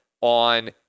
on